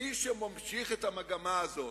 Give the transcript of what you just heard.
מי שממשיך את המגמה הזאת,